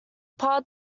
part